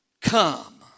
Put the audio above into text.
Come